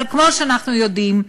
אבל, כמו שאנחנו יודעים,